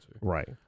Right